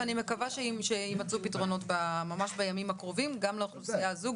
ואני מקווה שיימצאו פתרונות ממש בימים הקרובים גם לאוכלוסייה הזו,